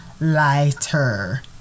lighter